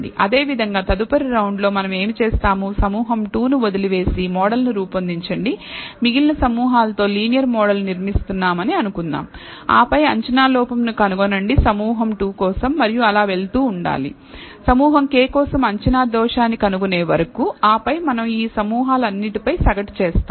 అదేవిధంగా తదుపరి రౌండ్లోమనం ఏమి చేస్తాము సమూహం 2 ను వదిలివేసి మోడల్ను రూపొందించండి మిగిలిన సమూహాలతో లీనియర్ మోడల్ ను నిర్మిస్తున్నామని అనుకుందాం ఆపై అంచనా లోపం ను కనుగొనండి సమూహం 2 కోసం మరియు అలా వెళుతూ ఉండాలి సమూహం k కోసం అంచనా దోషాన్ని కనుగొనే వరకు ఆపై మనం ఈ సమూహాలన్నింటి పై సగటు చేస్తాం